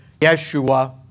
Yeshua